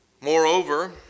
Moreover